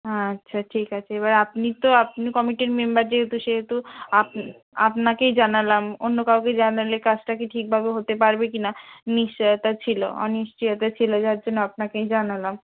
আচ্ছা ঠিক আছে এবার আপনি তো আপনি কমিটির মেম্বার যেহেতু সেহেতু আপ আপনাকেই জানালাম অন্য কাউকে জানালে কাজটা কি ঠিকভাবে হতে পারবে কি না নিশ্চয়তা ছিলো অনিশ্চয়তা ছিলো যার জন্য আপনাকেই জানালাম